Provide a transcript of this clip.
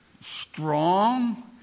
strong